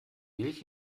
milch